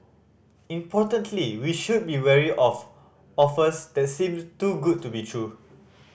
importantly we should be wary of offers that seem too good to be true